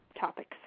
topics